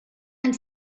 and